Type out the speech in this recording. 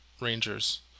rangers